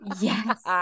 Yes